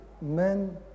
men